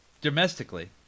Domestically